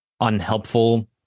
unhelpful